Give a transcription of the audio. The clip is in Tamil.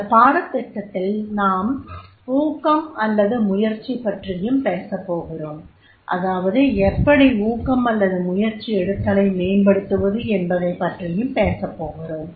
இந்தப் பாடத்தில் நாம் ஊக்கம் அல்லது முயற்சி பற்றியும் பேசப்போகிறோம் அதாவது எப்படி ஊக்கம் அல்லது முயற்சி எடுத்தலை மேம்படுத்துவது என்பதை பற்றியும் பேசப்போகிறோம்